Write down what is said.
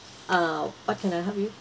err what can I help you